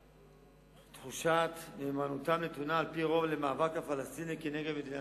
מציאות, שמדינת ישראל כמדינה